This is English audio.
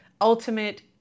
ultimate